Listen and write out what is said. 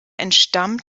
entstammt